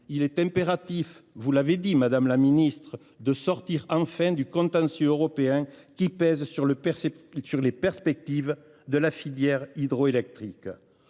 Il est impératif – vous l’avez dit, madame la ministre – de sortir enfin du contentieux européen qui pèse sur les perspectives de la filière hydroélectrique.